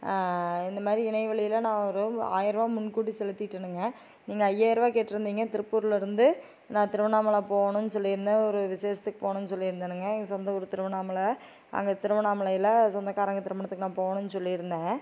இந்த மாதிரி இணையவழியில நான் ஒரு ஆயரூவா முன்கூட்டி செலுத்திவிட்டேனுங்க நீங்கள் ஐயாரூவா கேட்டுருந்திங்க திருப்பூரில் இருந்து நான் திருவண்ணாமலை போவணுன்னு சொல்லி இருந்தேன் ஒரு விசேஷத்துக்கு போகணுன் சொல்லி இருந்தேனுங்க எங்கள் சொந்த ஊர் திருவண்ணாமலை அங்கே திருவண்ணாமலையில் சொந்தக்காரங்க திருமணத்துக்கு நான் போகணும் சொல்லி இருந்தேன்